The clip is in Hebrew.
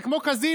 זה כמו קזינו,